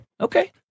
Okay